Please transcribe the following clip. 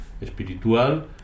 espiritual